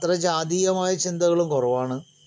അത്ര ജാതീയമായ ചിന്തകളും കുറവാണ്